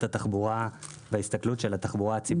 התחבורה וההסתכלות של התחבורה הציבורית.